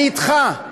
אני אתך: